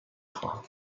خواهم